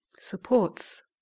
supports